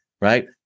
right